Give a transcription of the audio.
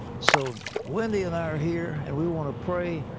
so wendy and i are here and we want to pray.